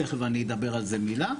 תכף אני אדבר על זה מילה.